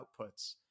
outputs